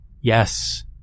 Yes